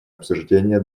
обсуждения